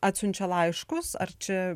atsiunčia laiškus ar čia